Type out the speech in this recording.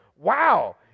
Wow